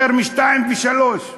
יותר משניים ושלושה.